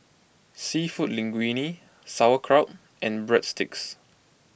Seafood Linguine Sauerkraut and Breadsticks